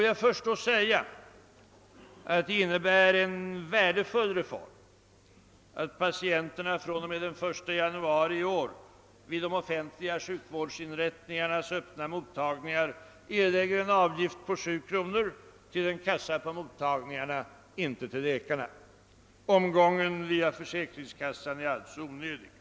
Jag anser att det är en värdefull reform att patienterna fr.o.m. den 1 januari i år vid de offentliga sjukvårdsinrättningarnas öppna mottagningar erlägger en avgift på 7 kronor till en kassa på mottagningarna och inte till läkarna. Omgången via försäkringskassorna har därmed blivit onödig.